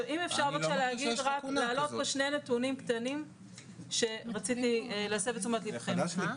אם אפשר להעלות רק שני נתונים שרציתי להסב את תשומת ליבכם אליהם.